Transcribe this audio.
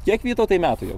kiek vytautai metų jau